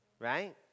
right